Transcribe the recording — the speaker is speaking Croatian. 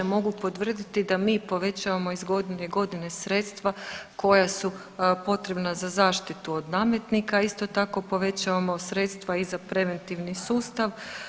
Mogu potvrditi da mi povećavamo iz godine u godinu sredstva koja su potrebna za zaštitu od nametnika, a isto tako povećavamo sredstva i za preventivni sustav.